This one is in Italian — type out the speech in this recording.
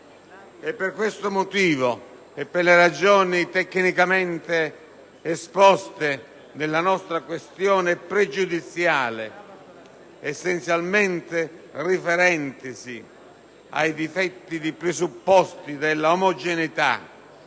Per questo motivo e per le ragioni tecnicamente esposte nella questione pregiudiziale QP2, essenzialmente riferentesi ai difetti dei presupposti di omogeneità,